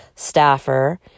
staffer